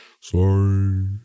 Sorry